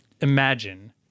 imagine